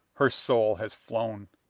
her soul has flown!